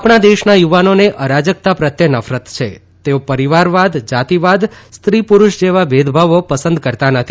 આપણા દેશના યુવાનોને અરાજકતા પ્રત્યે નફરત છે તેઓ પરિવારવાદ જાતિવાદ સ્ત્રી પુરૂષ જેવા ભેદભાવો પસંદ કરતા નથી